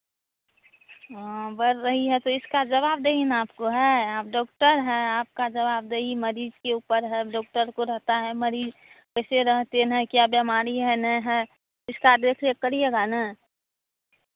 हँ बढ़ रही है तो इसका जवाबदेही ना आपको है आप डॉक्टर हैं आपका जवाबदेही मरीज़ के ऊपर है अब डॉक्टर को रहता है मरीज़ जैसे रहते ना है की बीमारी है नहीं है इसका देख रेख करिएगा ना